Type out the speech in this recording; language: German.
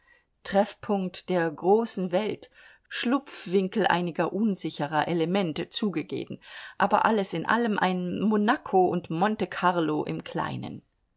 treffpunkt der großen welt schlupfwinkel einiger unsicherer elemente zugegeben aber alles in allem ein monaco und monte carlo im kleinen